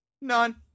none